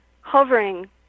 hovering